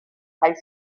high